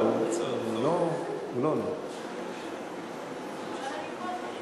צריך להצביע לאיפה להעביר את זה.